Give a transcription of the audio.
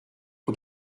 kui